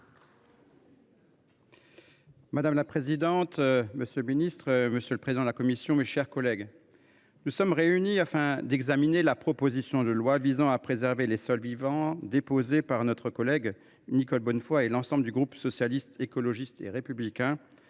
Madame la présidente, monsieur le secrétaire d’État, mes chers collègues, nous sommes réunis afin d’examiner la proposition de loi visant à préserver des sols vivants, déposée par notre collègue Nicole Bonnefoy et l’ensemble du groupe Socialiste, Écologiste et Républicain.